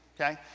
Okay